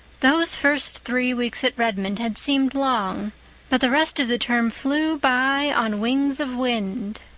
those first three weeks at redmond had seemed long but the rest of the term flew by on wings of wind.